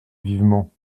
vivement